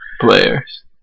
players